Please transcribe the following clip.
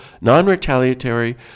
non-retaliatory